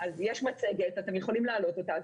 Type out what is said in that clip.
יש מצגת שאתם יכולים להעלות אותה.